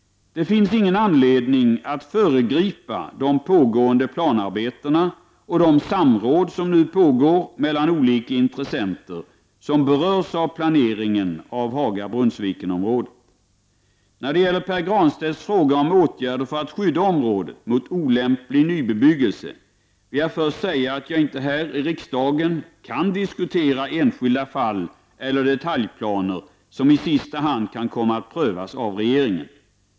Det finns ingen anledning att föregripa de pågående planarbetena och de samråd som nu pågår mellan olika intressenter som berörs av planeringen av Haga-Brunnsviken-området. När det gäller Pär Granstedts fråga om åtgärder för att skydda området mot olämplig nybebyggelse, vill jag först säga att jag inte här riksdagen kan diskutera enskilda fall eller detaljplaner som i sista hand kan komma att prövas av regeringen.